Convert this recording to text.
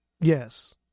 Yes